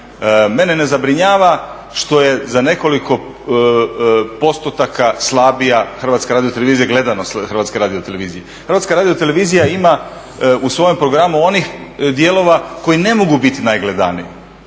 mene ne zabrinjava što je za nekoliko postotaka slabija Hrvatska radiotelevizija, gledanost Hrvatske radiotelevizije. HRT ima u svojem programu onih dijelova koji ne mogu biti najgledaniji,